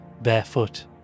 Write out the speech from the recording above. barefoot